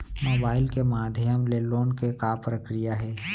Mobile के माधयम ले लोन के का प्रक्रिया हे?